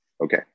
Okay